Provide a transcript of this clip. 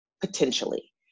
potentially